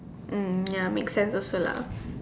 mm ya make sense also lah